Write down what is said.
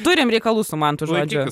turim reikalų su mantu žodžiu